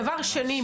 דבר שני,